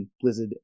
Blizzard